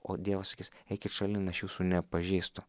o dievas sakys eikit šalin aš jūsų nepažįstu